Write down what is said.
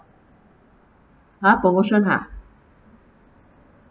!huh! promotion ha